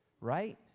right